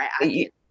right